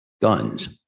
guns